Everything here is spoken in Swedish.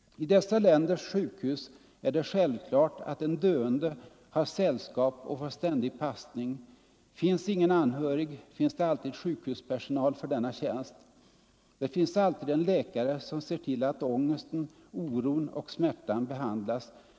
I dessa länders sjukhus är självklart att en döende har sällskap och får ständig passning. Finns ingen anhörig finns det alltid sjukhuspersonal för denna tjänst. Det finns alltid en läkare som ser till att ångesten, oron och smärtan behandlas.